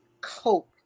cope